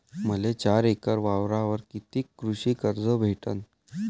मले चार एकर वावरावर कितीक कृषी कर्ज भेटन?